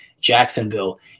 Jacksonville